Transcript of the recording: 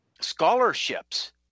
scholarships